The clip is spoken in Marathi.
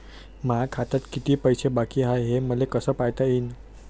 माया खात्यात किती पैसे बाकी हाय, हे मले कस पायता येईन?